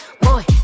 Boy